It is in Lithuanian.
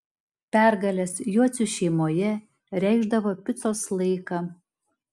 pergalės jocių šeimoje reikšdavo picos laiką